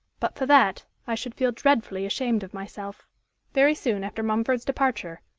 but for that, i should feel dreadfully ashamed of myself very soon after mumford's departure,